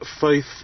faith